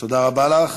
תודה רבה לך.